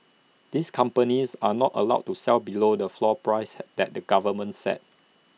these companies are not allowed to sell below the floor prices had that the government set